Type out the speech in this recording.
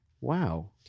Wow